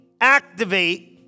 activate